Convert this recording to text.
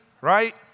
right